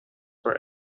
for